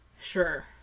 Sure